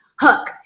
Hook